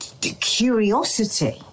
curiosity